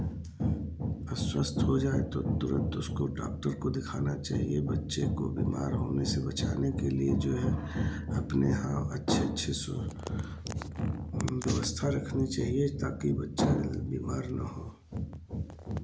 अस्वस्थ हो जाऍ तो तुरंत उसको डॉक्टर को दिखाना चाहिए बच्चे को बीमार होने से बचाने के लिए जो है अपने यहाँ अच्छे अच्छे सुर व्यवस्था रखनी चाहिए ताकि बच्चा बीमार ना हो